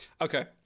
okay